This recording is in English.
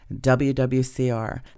WWCR